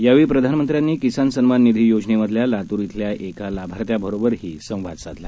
यावेळी प्रधानमंत्र्यांनी किसान सन्मान निधी योजनेमधल्या लातूर इथल्या एका लाभार्थ्याबरोबरही प्रधानमंत्र्यांनी संवाद साधला